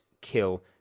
kill